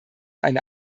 eine